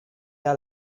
are